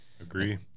Agree